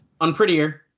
Unprettier